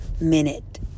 minute